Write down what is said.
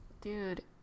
dude